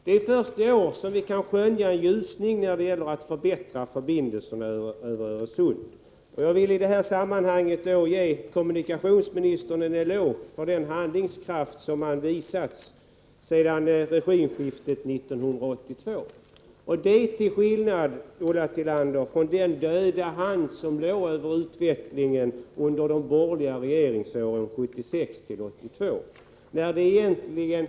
Det är först i år som vi kan skönja en ljusning när det gäller förbättrade förbindelser över Öresund. Jag vill i detta sammanhang ge kommunikationsministern en eloge för den handlingskraft han visat alltsedan regimskiftet 1982 — till skillnad, Ulla Tillander, från den förlamande hand som låg över utvecklingen under de borgerliga regeringsåren 1976-1982.